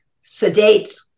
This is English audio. sedate